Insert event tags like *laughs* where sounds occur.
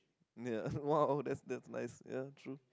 ya *laughs* !wow! that's that's nice ya true